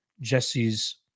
jesse's